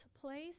place